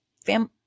family